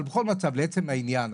אבל בכל מצב לעצם העניין.